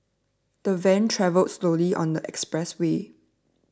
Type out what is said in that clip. the van travelled slowly on the expressway